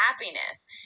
happiness